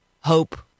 hope